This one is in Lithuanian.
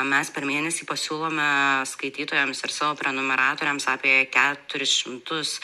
mes per mėnesį pasiūlome skaitytojams ir savo prenumeratoriams apie keturis šimtus